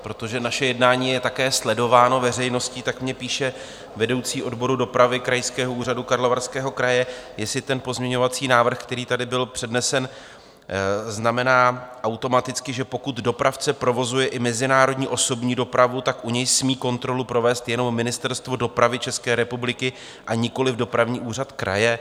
Protože naše jednání je také sledováno veřejností, tak mně píše vedoucí odboru dopravy Krajského úřadu Karlovarského kraje, jestli ten pozměňovací návrh, který tady byl přednesen, znamená automaticky, že pokud dopravce provozuje i mezinárodní osobní dopravu, tak u něj smí kontrolu provést jenom Ministerstvo dopravy České republiky, a nikoliv dopravní úřad kraje?